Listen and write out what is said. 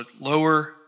lower